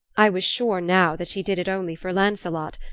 i was sure now that she did it only for lancelot,